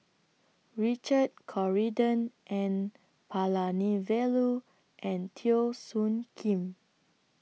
Richard Corridon N Palanivelu and Teo Soon Kim